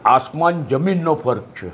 આસમાન જમીનનો ફરક છે